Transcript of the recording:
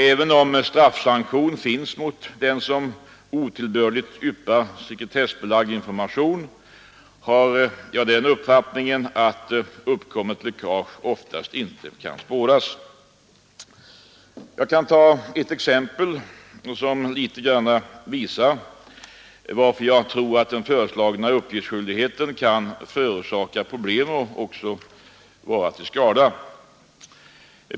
Även om straffsanktion finns mot den som otillbörligt ypvpar sekretessbelagd information, har jag den uppfattningen att uppkommande läckage oftast inte kan spåras. Jag kan ta ett exempel, som litet grand visar varför jag tror att den föreslagna uppgiftsskyldigheten kan förorsaka problem och också vara till skada.